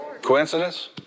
Coincidence